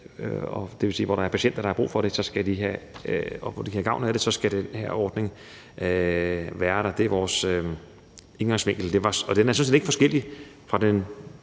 – det vil sige der, hvor der er patienter, der har brug for det og kan have gavn af det – have den her ordning. Det er vores indgangsvinkel. Den er sådan set ikke forskellig fra den